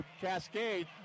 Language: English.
Cascade